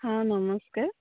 ହଁ ନମସ୍କାର